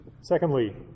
Secondly